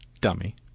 Dummy